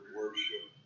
worship